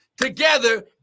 together